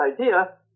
idea